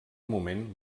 moment